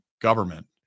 government